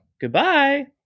Goodbye